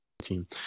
team